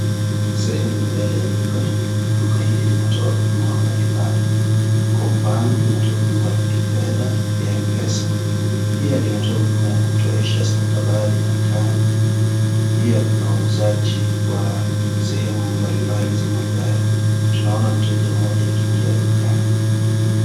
Sehemu ya mbele ya duka. Duka hili linatoa huduma mbalimbali kwa mfano linatoa huduma la kifedha, ya Mpesa na pia linatoa huduma ya kutoesha stakabadhi nakala. Pia kuna uuzaji wa sehemu mbalimbali za magari. Tunaona mteja mmoja akiingia dukani.